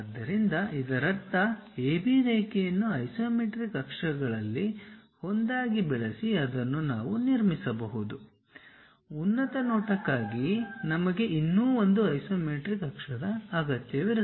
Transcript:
ಆದ್ದರಿಂದ ಇದರರ್ಥ AB ರೇಖೆಯನ್ನು ಐಸೊಮೆಟ್ರಿಕ್ ಅಕ್ಷಗಳಲ್ಲಿ ಒಂದಾಗಿ ಬಳಸಿ ಅದನ್ನು ನಾವು ನಿರ್ಮಿಸಬಹುದು ಉನ್ನತ ನೋಟಕ್ಕಾಗಿ ನಮಗೆ ಇನ್ನೂ ಒಂದು ಐಸೊಮೆಟ್ರಿಕ್ ಅಕ್ಷದ ಅಗತ್ಯವಿರುತ್ತದೆ